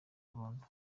burundu